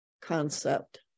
concept